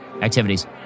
activities